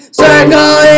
circle